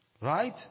Right